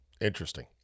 Interesting